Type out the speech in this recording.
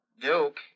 Duke